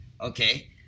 okay